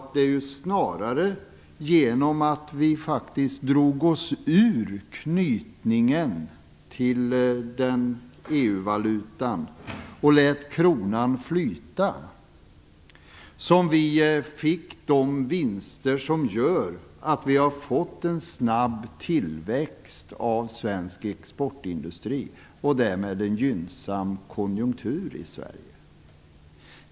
Det är snarare genom att vi drog oss ur knytningen till EU-valutan och lät kronan flyta som vi fick de vinster som gör att vi har fått en snabb tillväxt av svensk exportindustri och därmed en gynnsam konjunktur i Sverige.